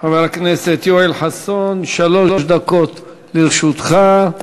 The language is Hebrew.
חבר הכנסת יואל חסון, שלוש דקות לרשותך.